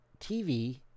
TV